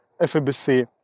FABC